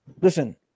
Listen